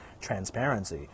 transparency